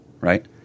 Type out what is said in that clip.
right